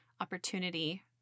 opportunity